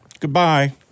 Goodbye